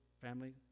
family